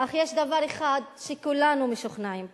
אך יש דבר אחד שכולנו משוכנעים בו,